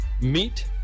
meet